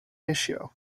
ratio